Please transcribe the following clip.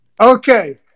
Okay